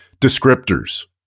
descriptors